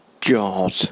God